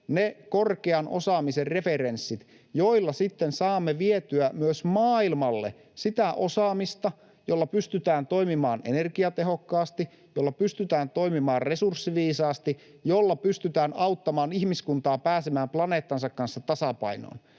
ne korkean osaamisen referenssit, joilla sitten saamme vietyä myös maailmalle sitä osaamista, jolla pystytään toimimaan energiatehokkaasti, jolla pystytään toimimaan resurssiviisaasti, jolla pystytään auttamaan ihmiskuntaa pääsemään planeettansa kanssa tasapainoon,